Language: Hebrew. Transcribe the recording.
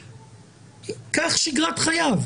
כך שגרת חייו.